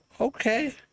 okay